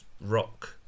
rock